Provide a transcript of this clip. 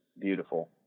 beautiful